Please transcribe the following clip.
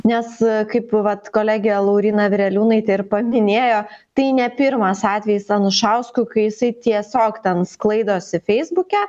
nes kaip vat kolegė lauryna vireliūnaitė ir paminėjo tai ne pirmas atvejis anušauskui kai jisai tiesiog ten sklaidosi feisbuke